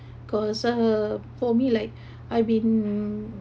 cause uh for me like I been